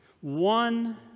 one